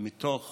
מתוך